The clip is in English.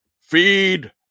Feed